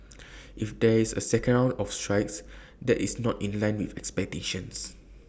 if there is A second round of strikes that is not in line with expectations